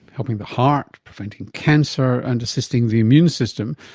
helping the heart, preventing cancer and assisting the immune system,